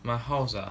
my house ah